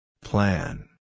Plan